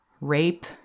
Rape